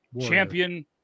champion